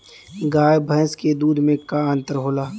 गाय भैंस के दूध में का अन्तर होला?